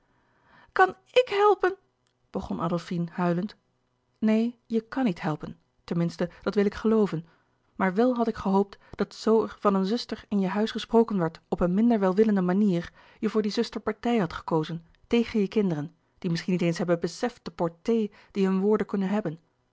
k helpen begon adolfine huilend neen je kan niet helpen ten minste dat wil ik gelooven maar wel had ik gehoopt dat zoo er van een zuster in je huis gesproken werd op een minder welwillende manier je voor die zuster partij had gekozen tegen je kinderen die misschien niet eens hebben beseft de portée die hun woorden kunnen hebben